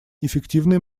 эффективной